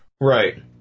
Right